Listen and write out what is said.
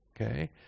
okay